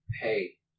Hey